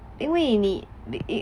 因为你